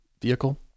vehicle